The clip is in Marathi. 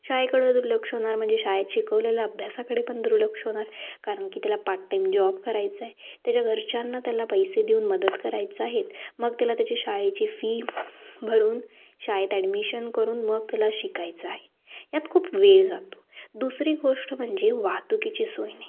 शाळेकडं दुर्लक्ष होणार म्हणजे शाळेत शिकवलेल्या अभ्यासाकडे पण दुर्लक्ष होणार कारण की त्याला पार्ट टाईम जॉब करायचं आहे त्याच्या घरच्यांना त्याला पैसे देऊन मदत करायचं आहेत मग त्याला त्याची शाळेची फी भरून शाळेत ॲडमिशन करून मग त्याला शिकायचं आहे यात खूप वेळ जातो दुसरी गोष्ट म्हणजे वाहतुकीची सोय नाही